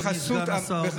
אדוני סגן השר,